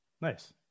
Nice